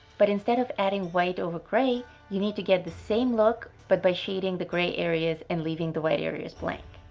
but instead of adding white over grey, you need to get the same look but by shading the grey areas and leaving the white areas blank.